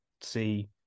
see